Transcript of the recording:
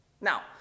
Now